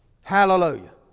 Hallelujah